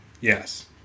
Yes